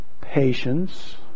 patience